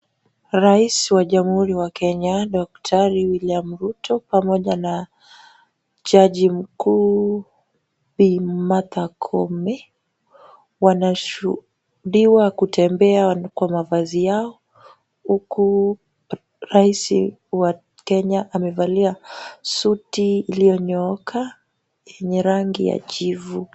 Rais wa jamhuri ya Kenya daktari William Ruto pamoja na jaji mkuu Bi Martha Koome, wanashuhudiwa kutembea kwa mavazi yao, huku rais wa Kenya amevalia suti iliyonyooka yenye rangi ya jivu.